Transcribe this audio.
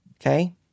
Okay